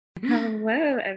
Hello